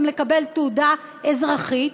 גם לקבל תעודה אזרחית,